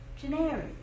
Generic